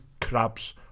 crabs